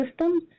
system